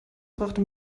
brachte